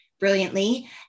brilliantly